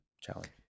challenge